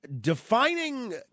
defining